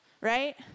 right